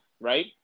Right